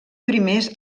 primers